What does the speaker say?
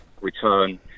return